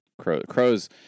crows